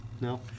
No